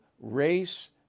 race